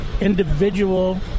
individual